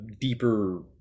deeper